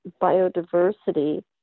biodiversity